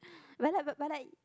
but I but I